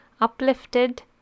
uplifted